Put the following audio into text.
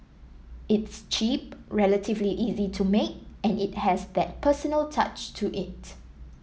it's cheap relatively easy to make and it has that personal touch to it